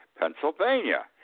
Pennsylvania